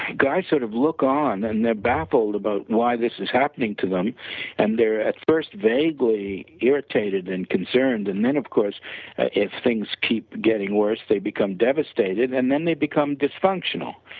guys sort of look on and they're baffled about why this is happening to them and they are at first vaguely irritated and concerned, and then of course if things keep getting worse they become devastated, and then they become dysfunctional.